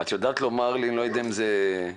אני לא יודע אם זה בסמכותך,